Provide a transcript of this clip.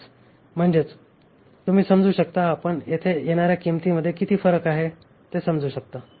675 म्हणजेच तुम्ही समजू शकता आपण येथे येणाऱ्या किंमतींमध्ये किती फरक आहे ते समजू शकता